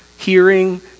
hearing